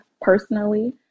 personally